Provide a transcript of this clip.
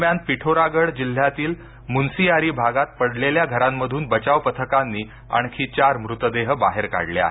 दरम्यान पिठोरागड जिल्ह्यातील मुनसीयारी भागात पडलेल्या घरांमधून बचाव पथकांनी आणखी चार मृतदेह बाहेर काढले आहेत